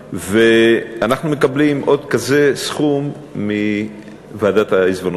ואנחנו מקבלים עוד סכום כזה מוועדת העיזבונות,